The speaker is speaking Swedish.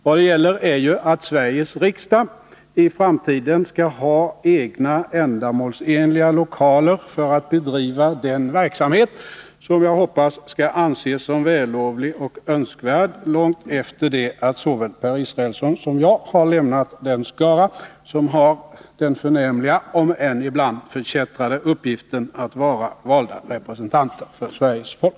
Vad det gäller är ju att Sveriges riksdag i framtiden skall ha egna, ändamålsenliga lokaler för att bedriva den verksamhet som jag hoppas skall anses som vällovlig och önskvärd långt efter det att såväl Per Israelsson som jag lämnat den skara som har den förnämliga om än ibland förkättrade uppgiften att vara valda representanter för Sveriges folk.